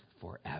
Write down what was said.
forever